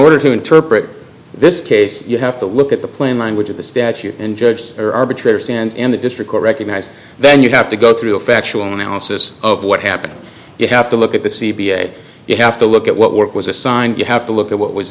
order to interpret this case you have to look at the plain language of the statute and judge or arbitrator stands in the district court recognized then you have to go through a factual analysis of what happened you have to look at the c b a you have to look at what work was assigned you have to look at what was